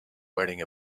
wearing